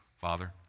Father